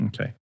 okay